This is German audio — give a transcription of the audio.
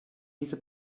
diese